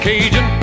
Cajun